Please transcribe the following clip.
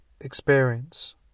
experience